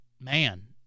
man